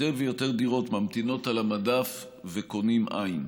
יותר ויותר דירות ממתינות על המדף, וקונים, אין.